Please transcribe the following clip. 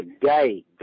today